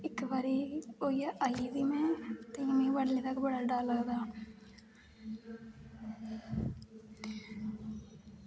इक बारी होई ऐ आई गेदी में तांइयैं मी हल्ली तक्कर बड़ा डर लगदा